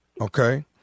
Okay